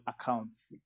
accounts